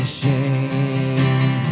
shame